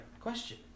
question